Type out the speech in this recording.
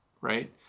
right